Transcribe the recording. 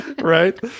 right